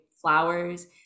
flowers